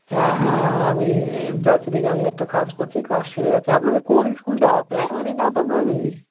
হ্যাঁ হ্যাঁ হ্যাঁ আমি যাচ্ছি দেখি আমি একটা কাজ করছি কাজ সেরে যাচ্ছি আপনাদের কোন স্কুলটা প্রাইমারি না আপার প্রাইমারি